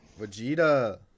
Vegeta